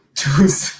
choose